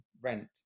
rent